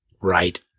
right